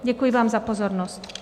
Děkuji vám za pozornost.